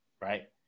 right